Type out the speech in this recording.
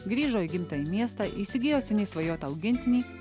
grįžo į gimtąjį miestą įsigijo seniai svajotą augintinį